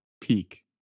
peak